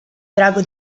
drago